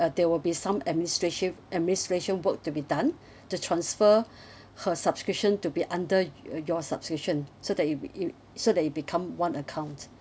uh there will be some administration administration work to be done to transfer her subscription to be under y~ your subscription so that it w~ it so that it become one account